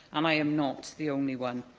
um i am not the only one.